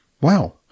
Wow